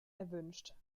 erwünscht